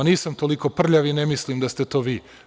Nisam toliko prljav i ne mislim da ste to vi.